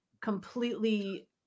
completely